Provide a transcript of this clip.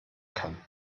kann